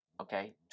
Okay